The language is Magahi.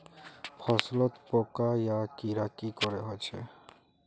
फसलोत पोका या कीड़ा की करे होचे?